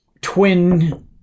twin